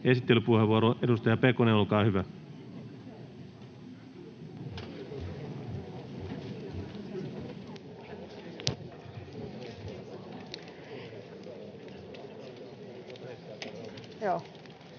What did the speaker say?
Esittelypuheenvuoro, edustaja Pekonen, olkaa hyvä.